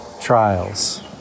trials